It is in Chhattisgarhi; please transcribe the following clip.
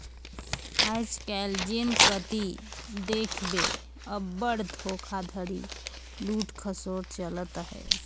आएज काएल जेन कती देखबे अब्बड़ धोखाघड़ी, लूट खसोट चलत अहे